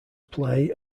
play